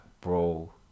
bro